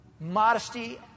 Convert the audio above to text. Modesty